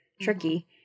tricky